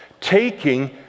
taking